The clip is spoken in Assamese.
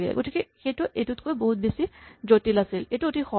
গতিকে সেইটো এইটোতকৈ বহুত জটিল আছিল এইটো অতি সৰল